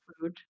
food